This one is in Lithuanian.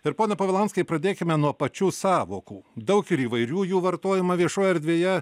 ir pone povilanskai pradėkime nuo pačių sąvokų daug ir įvairių jų vartojama viešoj erdvėje